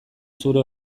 zure